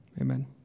Amen